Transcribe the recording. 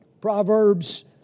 Proverbs